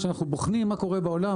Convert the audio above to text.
כשאנחנו בוחנים מה קורה בעולם,